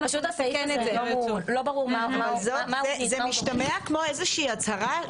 זה משתמע כמו איזושהי הצהרה,